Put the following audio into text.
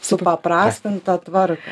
supaprastintą tvarką